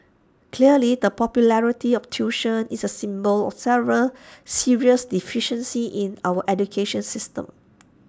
clearly the popularity of tuition is A symptom of several serious deficiencies in our education system